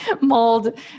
mold